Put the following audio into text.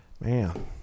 Man